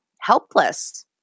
helpless